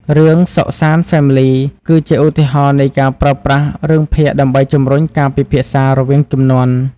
រឿង "Sok San Family" គឺជាឧទាហរណ៍នៃការប្រើប្រាស់រឿងភាគដើម្បីជំរុញការពិភាក្សារវាងជំនាន់។